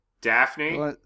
Daphne